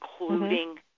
including